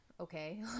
okay